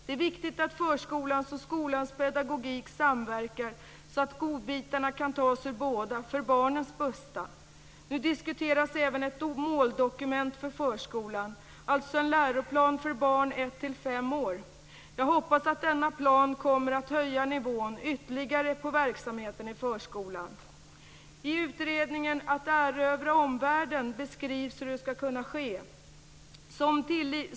Det är viktigt att förskolans och skolans pedagogik samverkar så att godbitarna kan tas ur båda - för barnens bästa. Nu diskuteras även ett måldokument för förskolan, dvs. en läroplan för barn 1-5 år. Jag hoppas att denna plan kommer att höja nivån ytterligare på verksamheten i förskolan. I utredningen Att erövra omvärlden beskrivs hur detta skall kunna ske.